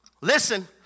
Listen